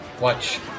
watch